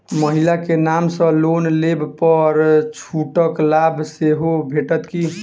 महिला केँ नाम सँ लोन लेबऽ पर छुटक लाभ सेहो भेटत की?